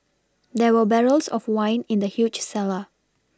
there were barrels of wine in the huge cellar